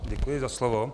Děkuji za slovo.